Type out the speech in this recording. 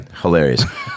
Hilarious